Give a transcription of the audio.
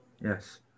Yes